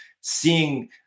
seeing